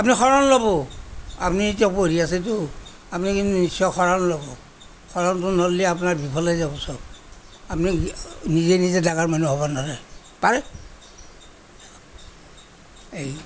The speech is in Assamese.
আপুনি হৰণ ল'ব আপুনি এতিয়া পঢ়ি আছেতো আপুনি কিন্তু নিশ্চয় হৰণ ল'ব হৰণটো নল'লে আপোনাৰ বিফলে যাব চব আপুনি নিজে নিজে ডাঙৰ মানুহ হ'ব নোৱাৰে পাৰে